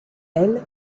elle